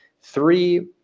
three